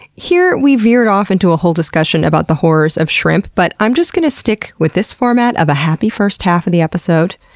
here we veered off into a whole discussion about the horrors of shrimp, but i'm just going to stick with this format of a happy first half of the episode.